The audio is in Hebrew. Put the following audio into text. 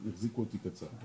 הם יכולים לשנות את זה ברגע.